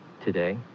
today